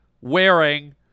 wearing